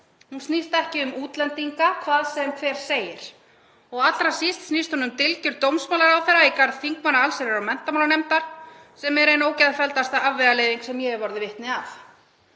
Hún snýst ekki um útlendinga, hvað sem hver segir. Allra síst snýst hún um dylgjur dómsmálaráðherra í garð þingmanna allsherjar- og menntamálanefndar, sem er ein ógeðfelldasta afvegaleiðing sem ég hef orðið vitni að.